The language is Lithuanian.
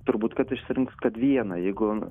turbūt kad išsirinks kad vieną jeigu